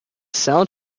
cell